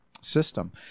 system